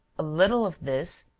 a little of this,